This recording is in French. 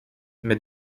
mais